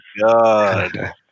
God